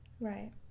Right